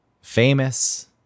Famous